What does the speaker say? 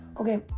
Okay